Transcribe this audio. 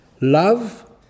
love